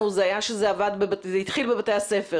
וככה זה נראה אחרי שמשאירים שקיות שלא אספו יומיים.